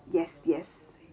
es yes